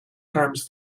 harms